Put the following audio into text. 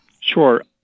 Sure